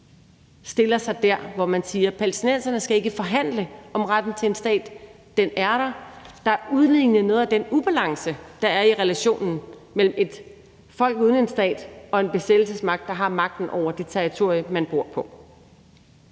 stiller sig der, hvor man siger: Palæstinenserne skal ikke forhandle om retten til en stat, for den er der; der er udlignet noget af den ubalance, der er i relationen mellem et folk uden en stat og en besættelsesmagt, der har magten over det territorie, det folk bor på.